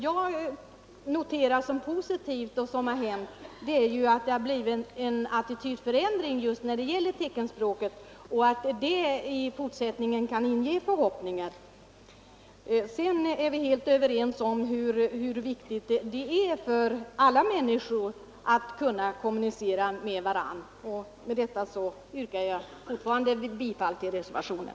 Jag har såsom positivt noterat att det blivit en attitydförändring just beträffande teckenspråket. Det kan inge förhoppningar i fortsättningen. Vi är helt överens om hur viktigt det är för alla människor att kunna kommunicera med varandra. Herr talman! Jag yrkar fortfarande bifall till reservationen.